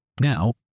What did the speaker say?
Now